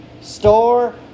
store